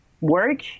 work